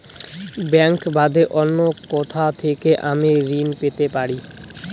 Bank বাদে অন্য কোথা থেকে আমি ঋন পেতে পারি?